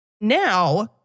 Now